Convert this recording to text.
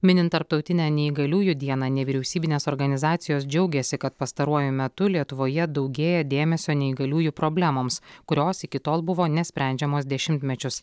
minint tarptautinę neįgaliųjų dieną nevyriausybinės organizacijos džiaugiasi kad pastaruoju metu lietuvoje daugėja dėmesio neįgaliųjų problemoms kurios iki tol buvo nesprendžiamos dešimtmečius